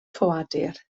ffoadur